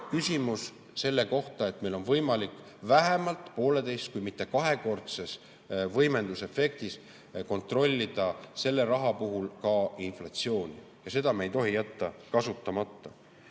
keskne meede, sest meil on võimalik vähemalt pooleteise kui mitte kahekordse võimendusefektiga kontrollida selle raha puhul ka inflatsiooni ja seda me ei tohi jätta kasutamata.